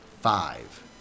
Five